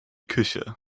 küche